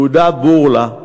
יהודה בורלא,